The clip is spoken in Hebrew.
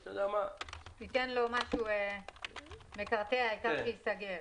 החשש הוא שניתן לו משהו מקרטע, העיקר שייסגר.